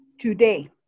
today